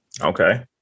Okay